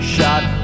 Shot